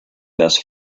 best